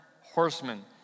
horsemen